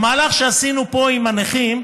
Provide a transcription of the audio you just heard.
המהלך שעשינו פה עם הנכים,